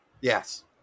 yes